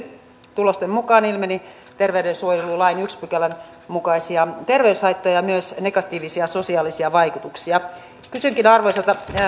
tulosten mukaan ilmeni terveydensuojelulain ensimmäisen pykälän mukaisia terveyshaittoja ja myös negatiivisia sosiaalisia vaikutuksia kysynkin arvoisalta